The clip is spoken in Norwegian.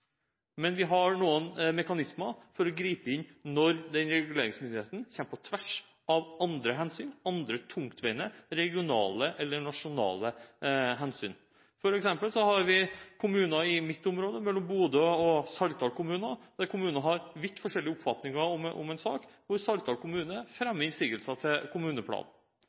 men vi har noen mekanismer for å gripe inn når den reguleringsmyndigheten kommer på tvers av andre tungtveiende regionale eller nasjonale hensyn. For eksempel har vi kommuner i mitt område, mellom Bodø og Saltdal kommune, der kommunene har vidt forskjellig oppfatning av en sak, der Saltdal kommune fremmer innsigelser til kommuneplanen.